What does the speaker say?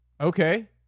Okay